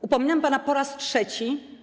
Upominam pana po raz trzeci.